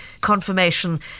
confirmation